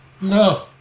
no